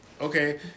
Okay